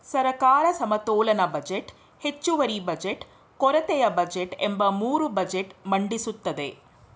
ಸರ್ಕಾರ ಸಮತೋಲನ ಬಜೆಟ್, ಹೆಚ್ಚುವರಿ ಬಜೆಟ್, ಕೊರತೆಯ ಬಜೆಟ್ ಎಂಬ ಮೂರು ಬಜೆಟ್ ಮಂಡಿಸುತ್ತದೆ